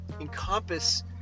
encompass